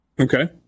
Okay